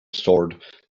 sword